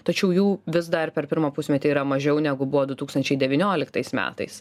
tačiau jų vis dar per pirmą pusmetį yra mažiau negu buvo du tūkstančiai devynioliktais metais